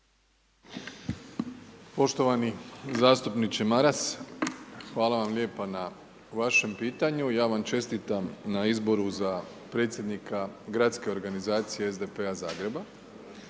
Poštovani zastupniče Maras, hvala vam lijepa na vašem pitanju. I ja vam čestitam na izboru za predsjednika Gradske organizacije SDP-a Zagreba.